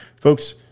Folks